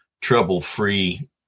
trouble-free